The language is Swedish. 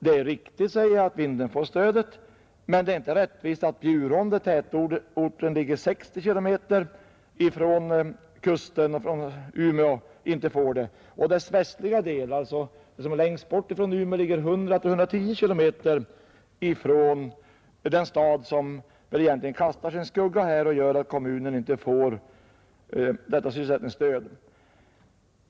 Det är riktigt, säger jag, att Vindeln får stöd, men det är inte rättvist att Bjurholms kommun, där tätorten ligger 60 kilometer från kusten och Umeå, inte får det. Dess västliga del ligger längst bort från Umeå, ungefär 100—110 kilometer från den stad som egentligen kastar sin skugga och gör att kommunen inte får sysselsättningsstöd.